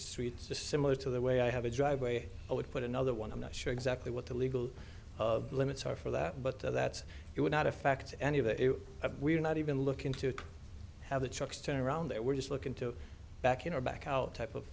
just similar to the way i have a driveway i would put another one i'm not sure exactly what the legal limits are for that but that it would not affect any of that if we were not even looking to have the trucks turn around they were just looking to back you know back out type of